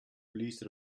please